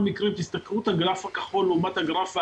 תסתכלו על הגרף הכחול לעומת הגרף האדום,